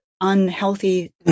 unhealthy